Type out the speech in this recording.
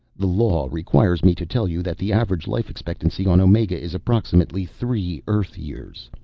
the law requires me to tell you that the average life expectancy on omega is approximately three earth years.